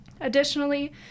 Additionally